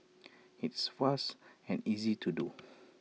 it's fast and easy to do